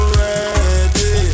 ready